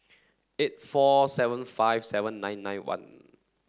eight four seven five seven nine nine one